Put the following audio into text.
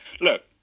Look